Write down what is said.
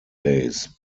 days